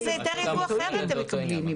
זה אותו עניין.